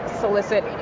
solicit